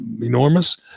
enormous